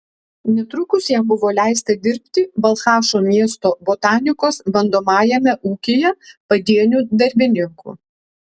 netrukus jam buvo leista dirbti balchašo miesto botanikos bandomajame ūkyje padieniu darbininku